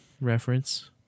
reference